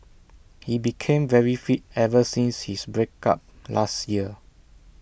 he became very fit ever since his break up last year